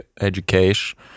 education